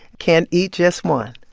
can't eat just one